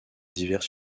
divers